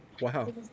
Wow